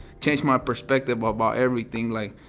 changed my perspective about everything, like,